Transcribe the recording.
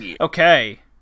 Okay